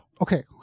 Okay